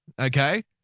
Okay